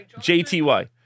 j-t-y